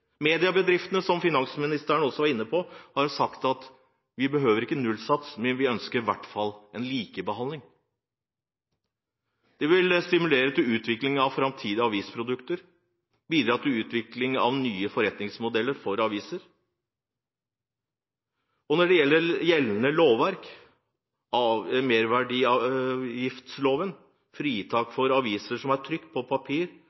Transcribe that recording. Mediebedriftene har sagt – som finansministeren også var inne på – at de ikke behøver nullsats, men de ønsker i hvert fall en likebehandling. Det vil stimulere til utvikling av framtidige avisprodukter og bidra til utvikling av nye forretningsmodeller for avisene. Gjeldende lovverk, merverdiavgiftsloven, fritar for merverdiavgift «aviser som er trykt på papir